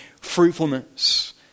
fruitfulness